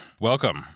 Welcome